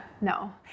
No